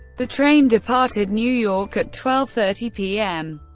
the train departed new york at twelve thirty p m.